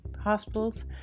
hospitals